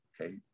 Okay